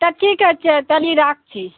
তা ঠিক আছে তাহলে রাখছি